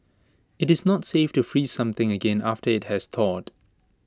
IT is not safe to freeze something again after IT has thawed